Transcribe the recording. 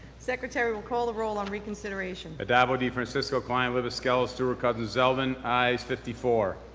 secretary will call the roll on reconsideration. but addabbo, defrancisco, klein, libous, skelos, stewart-cousins, zeldin. ayes fifty four.